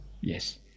Yes